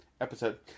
episode